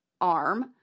arm